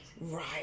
Right